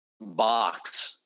box